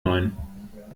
neun